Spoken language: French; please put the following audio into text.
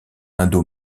indo